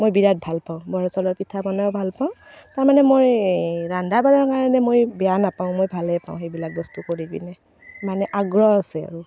মই বিৰাট ভাল পাওঁ বৰা চাউলৰ পিঠা বনায়ো ভাল পাওঁ তাৰমানে মই ৰন্ধা বঢ়াৰ কাৰণে মই বেয়া নাপাওঁ মই ভালেই পাওঁ সেইবিলাক বস্তু কৰি পিনে মানে আগ্ৰহ আছে আৰু